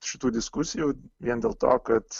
šitų diskusijų vien dėl to kad